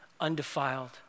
undefiled